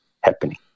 happening